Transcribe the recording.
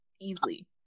easily